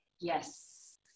Yes